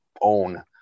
own –